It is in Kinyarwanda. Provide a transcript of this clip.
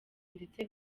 ndetse